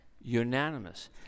Unanimous